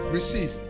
Receive